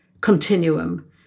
continuum